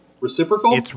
Reciprocal